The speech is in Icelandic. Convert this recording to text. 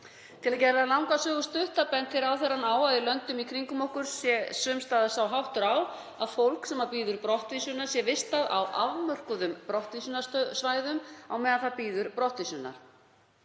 Til að gera langa sögu stutta benti ráðherrann á að í löndum í kringum okkur er sums staðar sá háttur á að fólk sem bíður brottvísunar er vistað á afmörkuðum brottvísunarsvæðum á meðan það bíður brottvísunar.